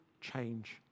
change